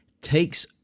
Takes